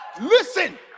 Listen